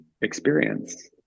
experience